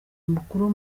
mukuru